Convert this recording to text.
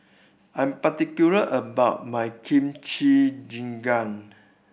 I am particular about my Kimchi Jjigae